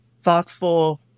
thoughtful